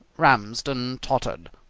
ramsden tottered.